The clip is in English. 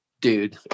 dude